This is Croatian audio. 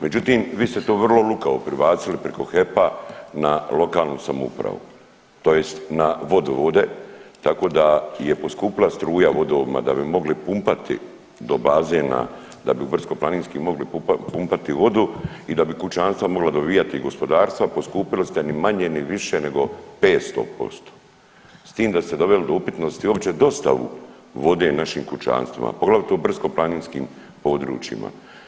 Međutim, vi ste to vrlo lukavo pribacili preko HEP-a na lokalnu samoupravu tj. na vodovode tako da je poskupila struja u vodovodima da bi mogli pumpati do bazena, da bi u brdsko-planinskim mogli pumpati vodu i da bi kućanstva mogla dobivati i gospodarstva poskupili ste ni manje ni više nego 500% s tim da ste doveli do upitnosti uopće dostavu vode našim kućanstvima, poglavito brdsko-planinskim područjima.